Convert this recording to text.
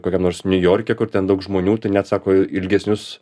kokiam nors niujorke kur ten daug žmonių tai net sako ilgesnius